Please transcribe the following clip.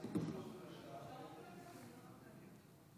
הצעת חוק לתיקון פקודת מס הכנסה (מס' 259),